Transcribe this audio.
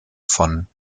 von